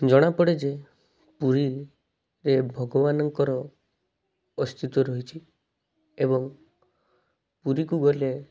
ଜଣାପଡ଼େ ଯେ ପୁରୀରେ ଭଗବାନଙ୍କର ଅସ୍ତିତ୍ୱ ରହିଛି ଏବଂ ପୁରୀକୁ ଗଲେ